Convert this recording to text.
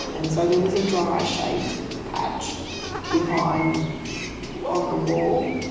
and so there was a dryer-shaped patch behind on the wall.